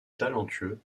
talentueux